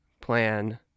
plan